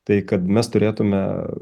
tai kad mes turėtume